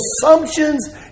assumptions